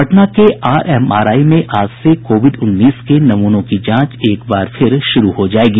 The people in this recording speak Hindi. पटना के आरएमआरआई में आज से कोविड उन्नीस के नमूनों की जांच एक बार फिर शुरू हो जायेगी